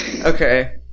Okay